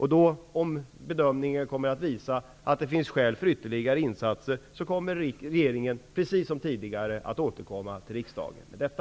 Visar bedömningen att det finns skäl för ytterligare insatser, kommer regeringen precis som tidigare att återkomma till riksdagen om detta.